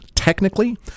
technically